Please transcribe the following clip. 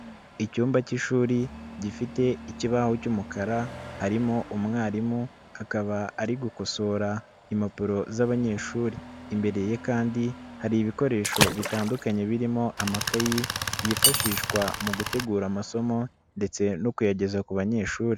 Icyumba k'ishuri gifite ikibaho cy'umukara harimo umwarimu akaba ari gukosora impapuro z'abanyeshuri, imbere ye kandi hari ibikoresho bitandukanye birimo amakaye yifashishwa mu gutegura amasomo ndetse no kuyageza ku banyeshuri.